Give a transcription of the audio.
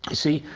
see,